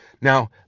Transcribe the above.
now